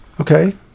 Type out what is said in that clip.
Okay